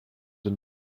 and